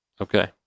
okay